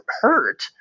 hurt